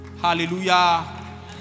Hallelujah